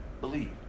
Believe